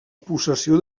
possessió